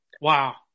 wow